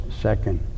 second